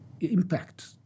impact